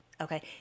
Okay